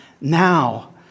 Now